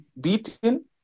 beaten